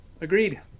Agreed